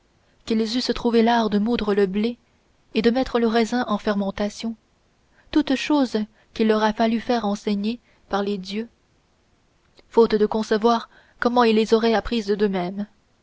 qu'ils eussent trouvé l'art de moudre le blé et de mettre le raisin en fermentation toutes choses qu'il leur a fallu faire enseigner par les dieux faute de concevoir comment ils les auraient apprises d'eux-mêmes